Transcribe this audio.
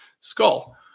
skull